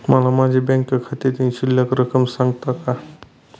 मला माझ्या बँक खात्यातील शिल्लक रक्कम सांगता का?